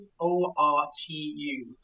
O-R-T-U